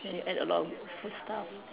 and you add a lot of